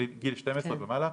גיל 12 ומעלה,